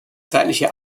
zeitliche